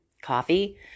Coffee